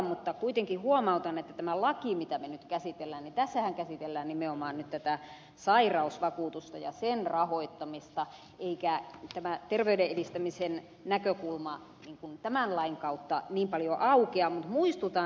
mutta kuitenkin huomautan että tässä laissa mitä me nyt käsittelemme käsitellään nimenomaan nyt tätä sairausvakuutusta ja sen rahoittamista eikä tämä terveyden edistämisen näkökulma tämän lain kautta niin paljon aukea